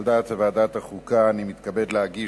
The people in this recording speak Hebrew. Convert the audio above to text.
על דעת ועדת החוקה אני מתכבד להגיש